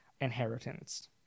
inheritance